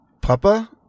Papa